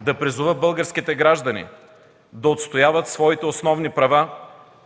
Да призова българските граждани да отстояват своите основни права,